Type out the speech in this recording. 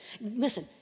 Listen